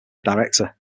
director